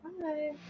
Bye